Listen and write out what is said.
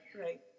right